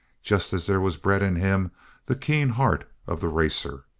just as there was bred in him the keen heart of the racer.